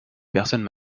personnes